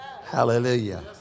Hallelujah